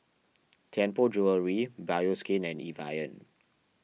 Tianpo Jewellery Bioskin and Evian